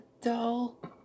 dull